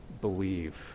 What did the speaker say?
believe